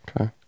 Okay